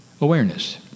awareness